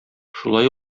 шулай